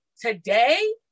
today